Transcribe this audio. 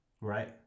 Right